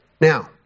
Now